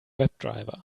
webdriver